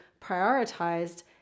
prioritized